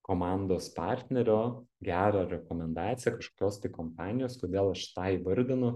komandos partnerio gerą rekomendaciją kažkokios tai kompanijos todėl aš tą įvardinu